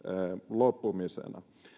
loppumisena